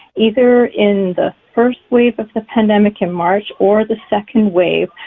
either in the first wave of the pandemic, in march, or the second wave?